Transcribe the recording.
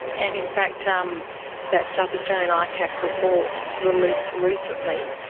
and in fact um that south australian icac report released recently,